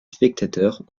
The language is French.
spectateurs